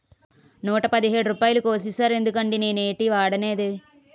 నూట పదిహేడు రూపాయలు కోసీసేరెందుకండి నేనేటీ వోడనేదే